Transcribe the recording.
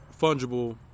fungible